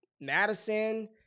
Madison